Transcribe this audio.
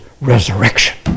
resurrection